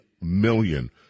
million